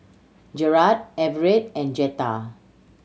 Jarad Everett and Jetta